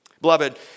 beloved